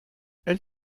elle